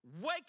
Wake